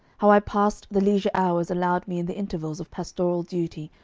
how i passed the leisure hours allowed me in the intervals of pastoral duty,